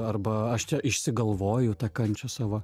arba aš išsigalvoju tą kančią savo